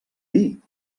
dir